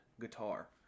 guitar